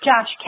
Josh